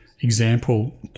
Example